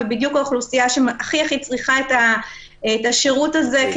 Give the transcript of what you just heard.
ובדיוק האוכלוסייה שהכי צריכה את השירות הזה,